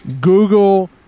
Google